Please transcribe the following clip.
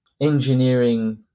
engineering